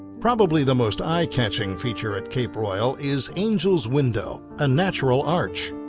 probably the most eye-catching feature at cape royal, is angel's window a natural arch.